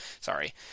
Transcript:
sorry